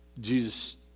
Jesus